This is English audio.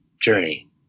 journey